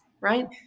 right